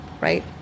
right